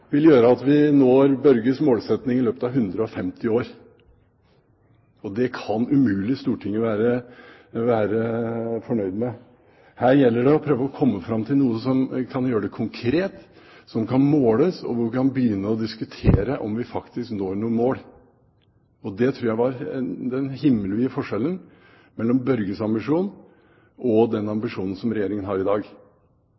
vil gjøre at vi når Børge Brendes målsetting i løpet av 150 år! Det kan Stortinget umulig være fornøyd med. Her gjelder det å prøve å komme fram til noe som kan gjøres konkret, noe som kan måles, slik at vi kan begynne å diskture om vi faktisk når noen mål. Det tror jeg er den himmelvide forskjellen mellom Børge Brendes ambisjon og den